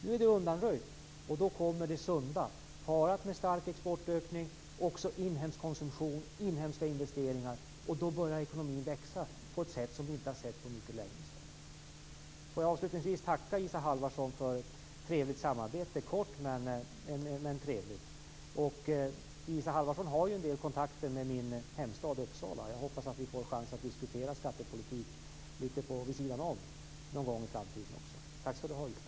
Nu är det undanröjt, och då kommer det sunda, parat med stark exportökning och inhemsk konsumtion, inhemska investeringar. Då börjar ekonomin växa på ett sätt som vi inte har sett på mycket länge i Jag vill avslutningsvis tacka Isa Halvarsson för ett trevligt samarbete - kort men trevligt. Isa Halvarsson har ju en del kontakter med min hemstad Uppsala. Jag hoppas att vi får chans att diskutera skattepolitik litet vid sidan av någon gång i framtiden. Tack skall du ha,